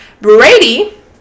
Brady